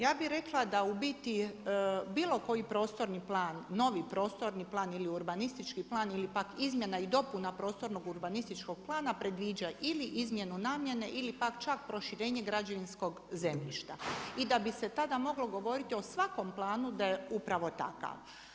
Ja bi rekla da u biti bilo koji prostorni plan, novi prostorni plan ili urbanistički ili pak izmjena i dopuna prostornog urbanističkog plana predviđa ili izmjenu namjene ili pak čak proširenje građevinskog zemljišta i da bi se tada moglo govoriti o svakom planu da je upravo takav.